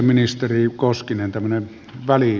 arvoisa herra puhemies